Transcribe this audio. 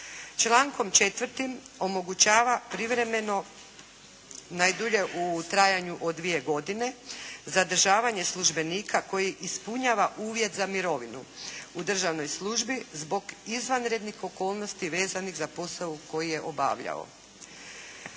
Člankom 4. omogućava privremeno, najdulje u trajanju od 2 godine zadržavanje službenika koji ispunjava uvjet za mirovinu u državnoj službi zbog izvanrednih okolnosti vezanih za posao koji je obavljao.